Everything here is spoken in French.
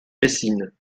eysines